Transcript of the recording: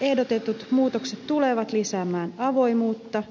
ehdotetut muutokset tulevat lisäämään avoimuutta